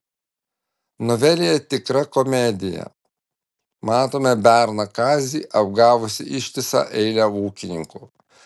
novelėje tikra komedija matome berną kazį apgavusį ištisą eilę ūkininkų